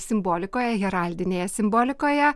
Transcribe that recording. simbolikoje heraldinėje simbolikoje